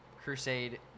crusade